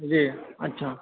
जी अच्छा